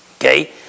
Okay